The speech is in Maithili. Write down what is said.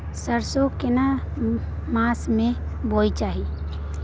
सरसो के केना मास में बोय के चाही?